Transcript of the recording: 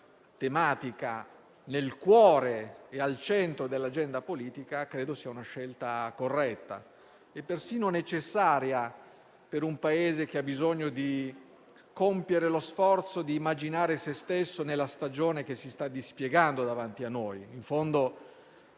lavoro sempre più integrato ed efficace, è una scelta corretta e persino necessaria per un Paese che ha bisogno di compiere lo sforzo di immaginare se stesso nella stagione che si sta dispiegando davanti a noi. In fondo,